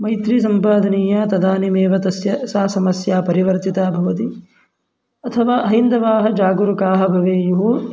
मैत्रीसम्पादनीया तदानीमेव तस्य सा समस्या परिवर्तिता भवति अथवा हैन्दवाः जागरुकाः भवेयुः